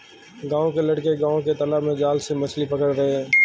गांव के लड़के गांव के तालाब में जाल से मछली पकड़ रहे हैं